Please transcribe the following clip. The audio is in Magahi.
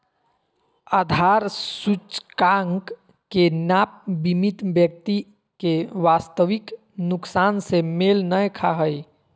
आधार सूचकांक के नाप बीमित व्यक्ति के वास्तविक नुकसान से मेल नय खा हइ